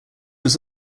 was